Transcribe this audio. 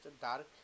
dark